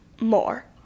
more